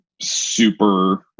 super